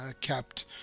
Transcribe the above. kept